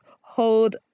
hold